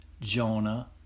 Jonah